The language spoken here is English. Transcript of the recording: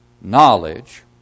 knowledge